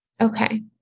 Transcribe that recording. Okay